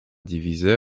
divisées